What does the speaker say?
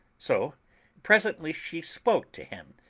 so presently she spoke to him,